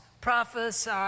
prophesy